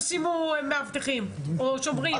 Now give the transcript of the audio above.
תשימו מאבטחים או שומרים?